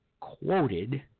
quoted